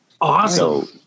Awesome